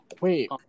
Wait